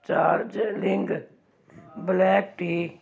Darjeeling black T